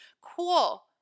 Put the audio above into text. Cool